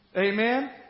Amen